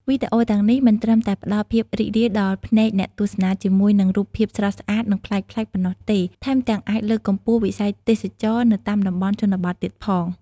វីដេអូទាំងនេះមិនត្រឹមតែផ្តល់ភាពរីករាយដល់ភ្នែកអ្នកទស្សនាជាមួយនឹងរូបភាពស្រស់ស្អាត និងប្លែកៗប៉ុណ្ណោះទេ ថែមទាំងអាចលើកកម្ពស់វិស័យទេសចរណ៍នៅតាមតំបន់ជនបទទៀតផង។